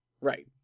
Right